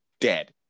dead